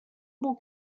will